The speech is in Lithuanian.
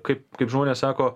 kaip kaip žmonės sako